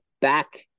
back